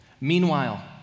Meanwhile